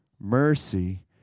mercy